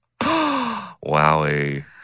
Wowie